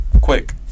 quick